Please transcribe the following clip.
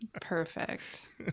Perfect